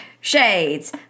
shades